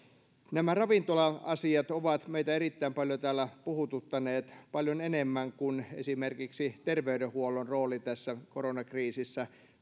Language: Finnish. nämä ravintola asiat ovat meitä erittäin paljon täällä puhututtaneet paljon enemmän kuin esimerkiksi terveydenhuollon rooli tässä koronakriisissä